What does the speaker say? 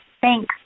Thanks